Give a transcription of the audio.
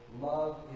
love